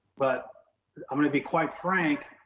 but i'm gonna be quite frank,